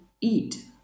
eat